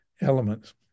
elements